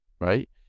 right